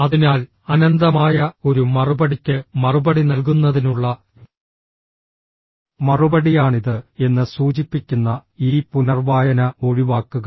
അതിനാൽ അനന്തമായ ഒരു മറുപടിക്ക് മറുപടി നൽകുന്നതിനുള്ള മറുപടിയാണിത് എന്ന് സൂചിപ്പിക്കുന്ന ഈ പുനർവായന ഒഴിവാക്കുക